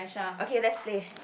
okay let's play